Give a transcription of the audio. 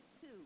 Two